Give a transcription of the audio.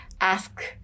ask